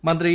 മന്ത്രി ഇ